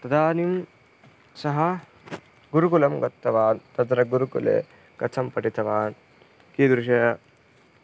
तदानीं सः गुरुकुलं गतवान् तत्र गुरुकुले कथं पठितवान् कीदृशः